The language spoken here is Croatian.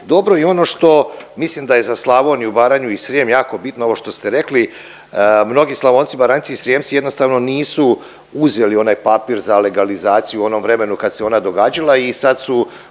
dobro i ono što mislim da je za Slavoniju, Baranju i Srijem jako bitno ovo što ste rekli, mnogi Slavonci, Baranjci i Srijemci jednostavno nisu uzeli onaj papir za legalizaciju u onom vremenu kad se ona događala i sad su